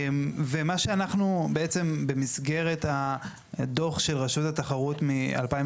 ומה שאנחנו בעצם במסגרת הדוח של רשות התחרות מ-2021